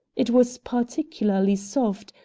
it was particularly soft,